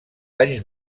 anys